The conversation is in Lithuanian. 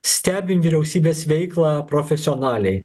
stebim vyriausybės veiklą profesionaliai